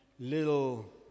little